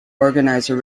organizer